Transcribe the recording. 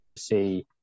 see